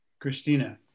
Christina